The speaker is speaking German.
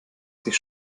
sich